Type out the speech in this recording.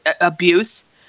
abuse